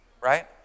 right